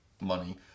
money